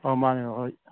ꯑꯣ ꯃꯥꯟꯅꯦ ꯍꯣꯏ